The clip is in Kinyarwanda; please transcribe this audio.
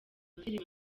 filime